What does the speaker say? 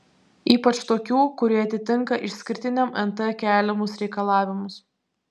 ypač tokių kurie atitinka išskirtiniam nt keliamus reikalavimus